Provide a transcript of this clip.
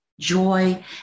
joy